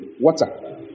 water